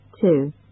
Two